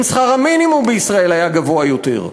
אם שכר המינימום בישראל היה גבוה יותר,